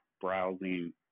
browsing